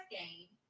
game